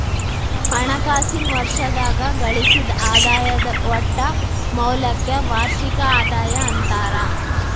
ಹಣಕಾಸಿನ್ ವರ್ಷದಾಗ ಗಳಿಸಿದ್ ಆದಾಯದ್ ಒಟ್ಟ ಮೌಲ್ಯಕ್ಕ ವಾರ್ಷಿಕ ಆದಾಯ ಅಂತಾರ